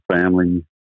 family